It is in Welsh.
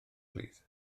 plîs